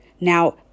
Now